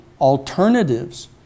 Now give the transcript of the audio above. alternatives